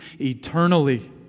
eternally